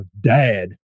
dad